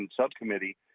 subcommittee